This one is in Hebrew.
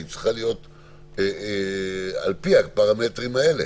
היא צריכה להיות על פי הפרמטרים האלה